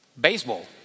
baseball